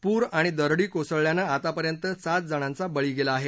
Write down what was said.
पूर आणि दरडी कोसळल्यानं आतापर्यंत सात जणांचा बळी गेला आहे